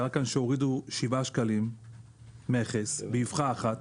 קרה שהורידו שבעה שקלים מכס באבחה אחת